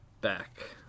back